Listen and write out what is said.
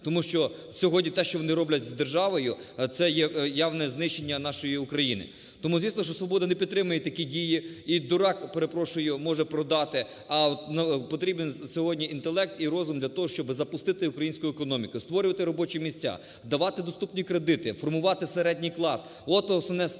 Тому що сьогодні те, що вони роблять з державою, це є явне знищення нашої України. Тому, звісно, що "Свобода" не підтримує такі дії. Ідурак, перепрошую, може продати. А потрібен сьогодні інтелект і розум для того, щоб запустити українську економіку, створювати робочі місця, давати доступні кредити, формувати середній клас.